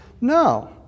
No